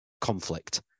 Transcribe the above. conflict